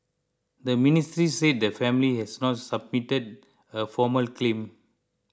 the ministry said the family has not submitted a formal claim